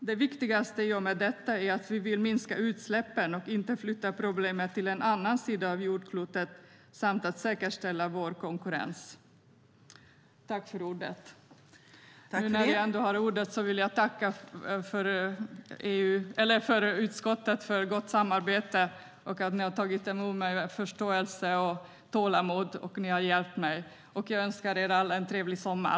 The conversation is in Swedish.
Det viktigaste i och med detta är att vi vill minska utsläppen och inte flytta problemet till en annan sida av jordklotet samt att säkerställa vår konkurrens. När jag ändå har ordet vill jag tacka utskottet för gott samarbete och för att ni i utskottet har tagit emot mig med förståelse och tålamod och hjälpt mig. Jag önskar er alla en trevlig sommar.